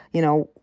you know,